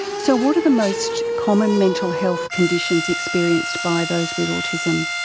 so what are the most common mental health conditions experienced by those with autism?